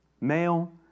Male